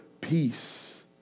peace